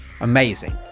Amazing